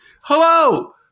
Hello